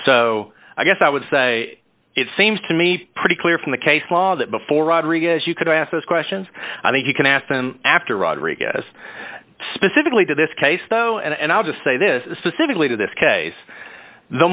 so i guess i would say it seems to me pretty clear from the case law that before rodriguez you could ask those questions i think you can ask them after rodriguez specifically to this case though and i'll just say this specifically to this case the